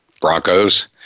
Broncos